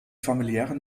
familiären